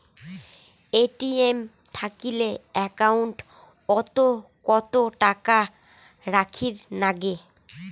ATM থাকিলে account ওত কত টাকা রাখীর নাগে?